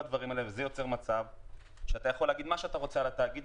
זה יוצר מצב שאתה יכול להגיד מה שאתה רוצה על התאגיד,